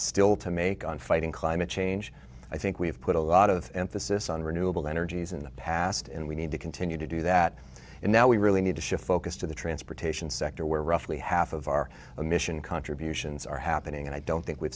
still to make on fighting climate change i think we have put a lot of emphasis on renewable energies in the past and we need to continue to do that and now we really need to shift focus to the transportation sector where roughly half of our emission contributions are happening and i don't think we've